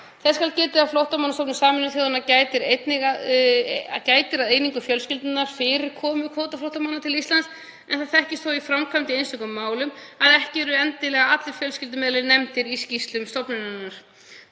Þess skal getið að Flóttamannastofnun Sameinuðu þjóðanna gætir að einingu fjölskyldunnar fyrir komu kvótaflóttamanna til Íslands en það þekkist þó í framkvæmd í einstökum málum að ekki eru endilega allir fjölskyldumeðlimir nefndir í skýrslum stofnunarinnar.